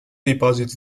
dipòsits